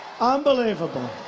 Unbelievable